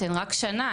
אתם רק שנה,